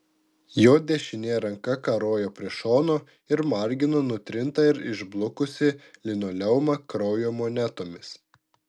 jo dešinė ranka karojo prie šono ir margino nutrintą ir išblukusį linoleumą kraujo monetomis